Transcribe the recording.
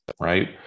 right